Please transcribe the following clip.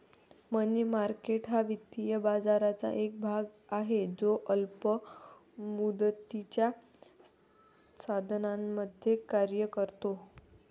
मनी market हा वित्तीय बाजाराचा एक भाग आहे जो अल्प मुदतीच्या साधनांमध्ये कार्य करतो